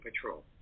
Patrol